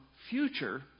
future